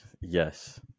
Yes